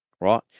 right